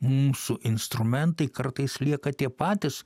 mūsų instrumentai kartais lieka tie patys